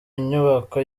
nyubako